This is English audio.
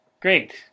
Great